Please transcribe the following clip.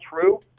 true